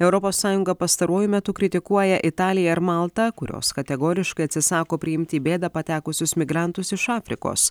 europos sąjunga pastaruoju metu kritikuoja italiją ir maltą kurios kategoriškai atsisako priimti į bėdą patekusius migrantus iš afrikos